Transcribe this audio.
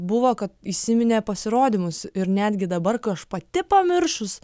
buvo kad įsiminė pasirodymus ir netgi dabar kai aš pati pamiršus